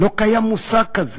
לא קיים מושג כזה.